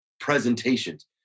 presentations